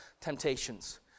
temptations